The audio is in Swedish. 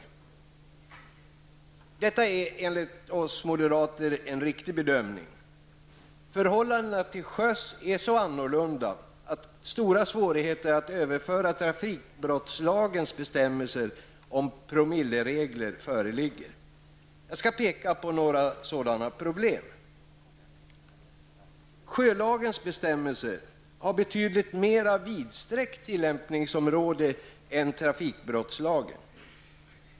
Detta är enligt oss moderater en riktig bedömning. Förhållandena till sjöss är så annorlunda att stora svårigheter att överföra trafikbrottslagens bestämmelser om promilleregler föreligger. Jag skall peka på några sådana problem. Sjölagens bestämmelser har betydligt mera vidsträckt tillämpningsområde än trafikbrottslagen.